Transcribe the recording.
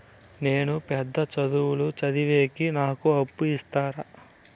నేను పెద్ద చదువులు చదివేకి నాకు అప్పు ఇస్తారా